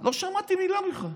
לא שמעתי מילה ממך.